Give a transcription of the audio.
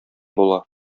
була